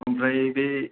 ओमफ्राय बे